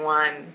one